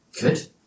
Good